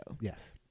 Yes